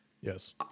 Yes